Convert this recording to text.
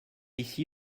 ici